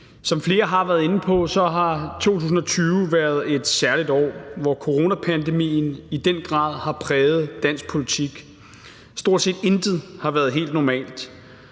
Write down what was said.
Som flere har været inde på, har 2020 været et særligt år, hvor coronapandemien i den grad har præget dansk politik. Stort set intet har været helt normalt,